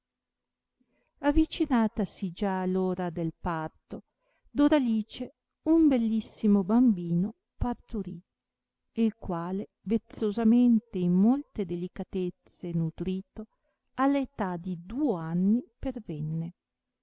avicinatasi già ora del parto doralice un bellissimo bambino parturì il quale vezzosamente in molte delicatezze nudrito alla età di duo anni pervenne